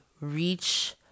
reach